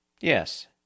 Yes